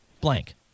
blank